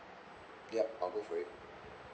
yup I'll go for it